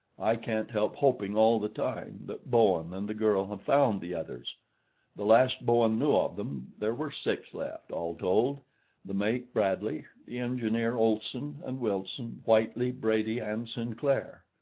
i can't help hoping all the time that bowen and the girl have found the others the last bowen knew of them, there were six left, all told the mate bradley, the engineer olson, and wilson, whitely, brady and sinclair.